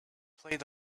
played